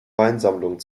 weinsammlung